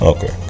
Okay